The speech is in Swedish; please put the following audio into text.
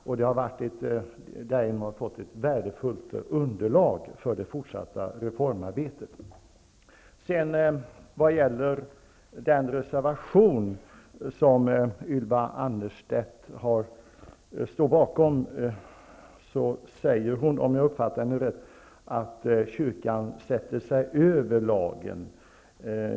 Man har därigenom fått ett värdefullt underlag för det fortsatta reformarbetet. I den reservation som Ylva Annerstedt står bakom säger hon om jag uppfattar henne rätt att kyrkan sätter sig över lagen.